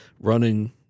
running